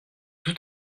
tout